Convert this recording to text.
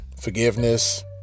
forgiveness